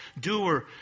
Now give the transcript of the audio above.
doer